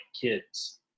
kids